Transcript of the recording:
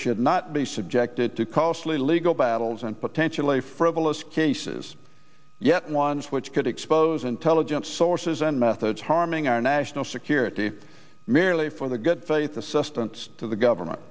should not be subjected to costly legal battles and potentially frivolous cases yet ones which could expose intelligence sources and methods harming our national security merely for the good faith assistance to the government